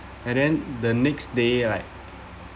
and then the next day like